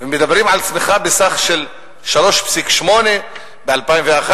ומדברים על צמיחה של 3.8% ב-2011,